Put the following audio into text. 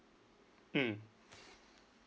mm